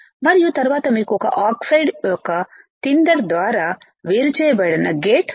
మరియు తరువాత మీకు ఒక ఆక్సైడ్ యొక్క తిండెర్ ద్వారా వేరు చేయబడిన గేట్ ఉంది